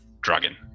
dragon